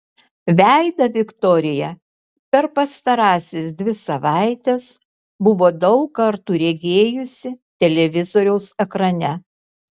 veidą viktorija per pastarąsias dvi savaites buvo daug kartų regėjusi televizoriaus ekrane